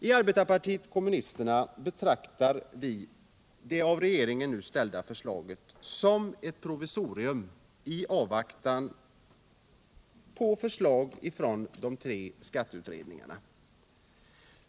I arbetarpartiet kommunisterna betraktar vi det av regeringen nu framlagda förslaget som ett provisorium i avvaktan på förslag ifrån de tre skatteutredningarna.